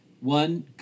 One